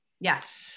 Yes